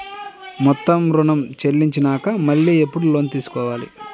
మొత్తం ఋణం చెల్లించినాక మళ్ళీ ఎప్పుడు లోన్ ఇస్తారు?